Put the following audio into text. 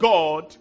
God